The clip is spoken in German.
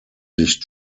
sich